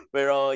Pero